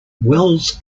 wells